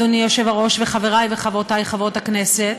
אדוני היושב-ראש וחברי וחברותי חברי הכנסת,